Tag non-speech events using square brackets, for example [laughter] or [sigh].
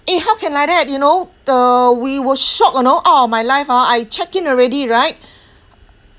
eh how can like that you know uh we were shocked you know out all my life ah I check-in already right [breath]